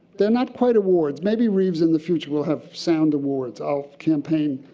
they're not quite awards. maybe, reeves, in the future, we'll have sound awards. i'll campaign.